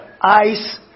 ice